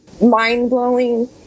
mind-blowing